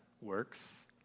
works